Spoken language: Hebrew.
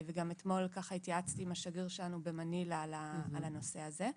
אתמול גם התייעצתי עם השגריר שלנו במנילה על הנושא הזה.